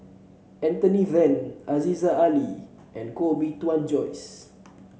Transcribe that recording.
Anthony Then Aziza Ali and Koh Bee Tuan Joyce